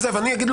אני אגיד,